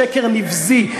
שקר נבזי,